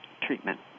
treatment